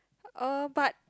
uh but